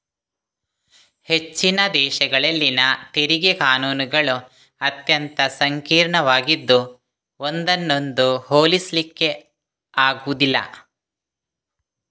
ಹೆಚ್ಚಿನ ದೇಶಗಳಲ್ಲಿನ ತೆರಿಗೆ ಕಾನೂನುಗಳು ಅತ್ಯಂತ ಸಂಕೀರ್ಣವಾಗಿದ್ದು ಒಂದನ್ನೊಂದು ಹೋಲಿಸ್ಲಿಕ್ಕೆ ಆಗುದಿಲ್ಲ